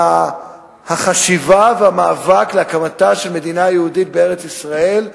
והחשיבה והמאבק להקמתה של מדינה יהודית בארץ-ישראל,